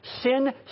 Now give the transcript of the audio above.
Sin